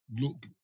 look